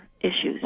issues